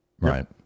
Right